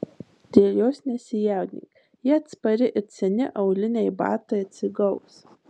dėl jos nesijaudink ji atspari it seni auliniai batai atsigaus